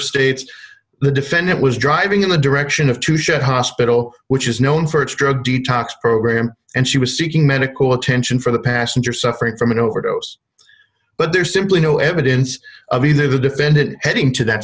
states the defendant was driving in the direction of two shot hospital which is known for its drug detox program and she was seeking medical attention for the passenger suffering from an overdose but there's simply no evidence of either the defendant heading to that